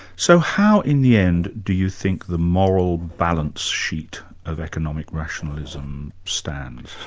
so how in the end do you think the moral balance sheet of economic rationalism stands?